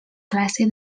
classe